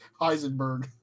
Heisenberg